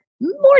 more